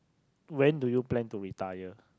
when do you plan to retire